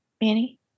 Manny